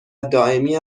دائمی